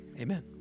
amen